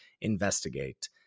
investigate